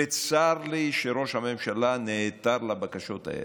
וצר לי שראש הממשלה נעתר לבקשות האלה.